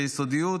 ביסודיות,